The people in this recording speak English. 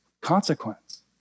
consequence